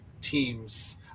teams